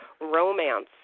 romance